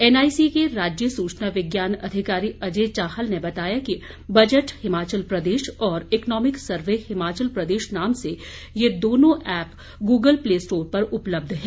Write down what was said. NIC के राज्य सूचना विज्ञान अधिकारी अजय चाहल ने बताया कि बजट हिमाचल प्रदेश और ईक्नॉमिक सर्वे हिमाचल प्रदेश नाम से ये दोनों ऐप्प गुग्गल प्ले स्टोर पर उपलब्ध है